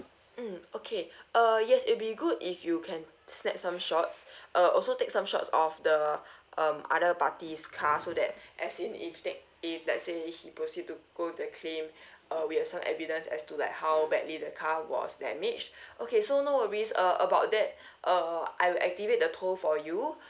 mm okay uh yes it'll be good if you can snap some shots uh also take some shots of the um other party's car so that as in if he if let's say he proceed to go the claim uh we have some evidence as to like how badly the car was damaged okay so no worries uh about that uh I will activate the tow for you